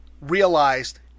realized